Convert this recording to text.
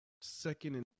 second